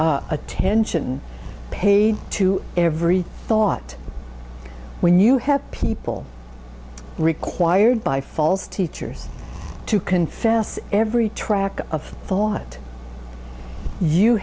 for attention paid to every thought when you have people required by false teachers to confess every track of thought you